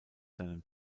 seinem